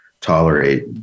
tolerate